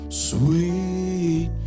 sweet